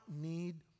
need